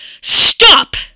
Stop